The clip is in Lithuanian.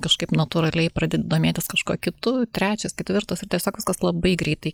kažkaip natūraliai pradedi domėtis kažkuo kitu trečias ketvirtas ir tiesiog viskas labai greitai